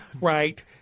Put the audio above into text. Right